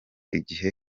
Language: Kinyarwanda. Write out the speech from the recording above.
igihe